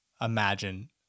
imagine